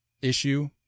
issue